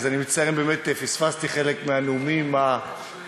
אז אני מצטער אם פספסתי חלק מהנאומים החשובים